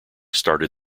started